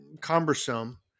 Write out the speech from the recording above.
cumbersome